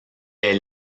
est